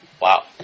Wow